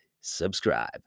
subscribe